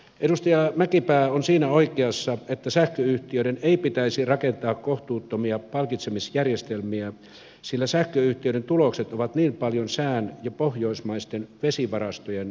edustaja mäkipää on siinä oikeassa että sähköyhtiöiden ei pitäisi rakentaa kohtuuttomia palkitsemisjärjestelmiä sillä sähköyhtiöiden tulokset ovat niin paljon sään ja pohjoismaisten vesivarastojen armoilla